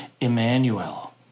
Emmanuel